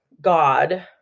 God